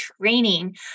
Training